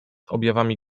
objawami